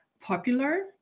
popular